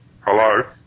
hello